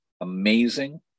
amazing